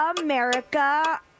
America